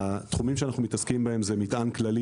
התחומים שאנחנו מתעסקים בהם: מטען כללי,